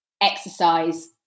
exercise